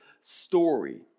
story